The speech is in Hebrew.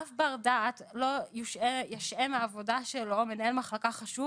אף בר דעת לא ישעה מהעבודה שלו מנהל מחלקה חשוב